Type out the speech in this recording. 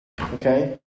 okay